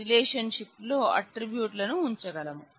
relationship లో attribute లను ఉంచగలము